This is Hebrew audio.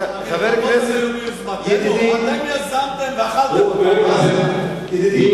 אתם יזמתם, ואכלתם אותה.